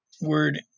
word